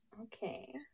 Okay